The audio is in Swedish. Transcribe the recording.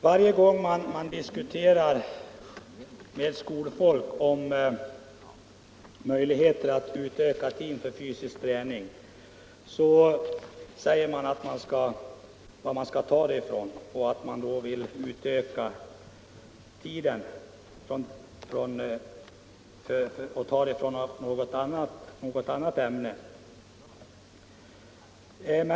Varje gång man talar med skolfolk om möjligheterna att öka ut tiden för fysisk träning möts man av frågan: Var skall den tiden tas ifrån? Vill du ta den tiden från något annat ämne?